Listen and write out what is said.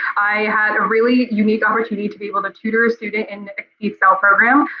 i had a really unique opportunity to be able to tutor a student in excel program.